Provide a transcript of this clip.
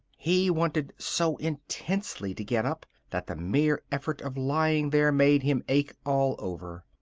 he wanted so intensely to get up that the mere effort of lying there made him ache all over.